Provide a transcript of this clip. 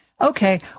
Okay